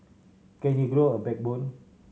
can you grow a backbone